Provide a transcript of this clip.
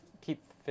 keep